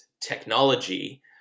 technology